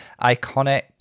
Iconic